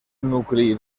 nucli